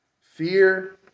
Fear